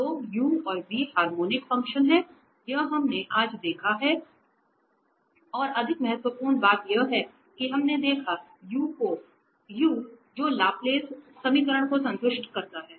तोu और v harmonic function हैं यह हमने आज देखा है और अधिक महत्वपूर्ण बात यह है कि हमने देखा u जो लाप्लेस समीकरण को संतुष्ट करता है